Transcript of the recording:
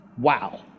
Wow